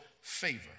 favor